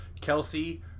Kelsey